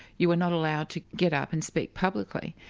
you were not allowed to get up and speak publicly,